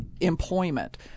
employment